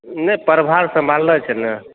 नहि प्रभार सम्भालने छै ने